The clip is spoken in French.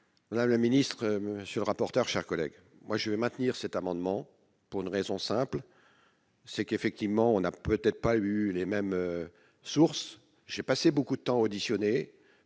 voilà le ministre monsieur le rapporteur, chers collègues, moi je vais maintenir cet amendement pour une raison simple, c'est qu'effectivement on n'a peut-être pas eu les mêmes sources, j'ai passé beaucoup de temps, auditionné